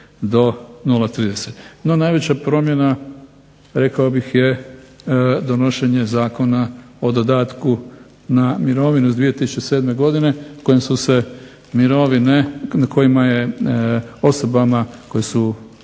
do 0,30. No najveća promjena rekao bih je donošenje Zakona o dodatku na mirovine iz 2007. godine kojim su se mirovine, kojima je osobama koje su